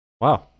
Wow